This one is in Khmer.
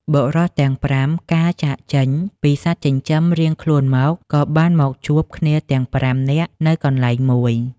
បុរសទាំង ៥ កាលចាកចេញពីសត្វចិញ្ចឹមរៀងខ្លួនមក ក៏បានមកជួបគ្នាទាំង ៥ នាក់នៅកន្លែងមួយ។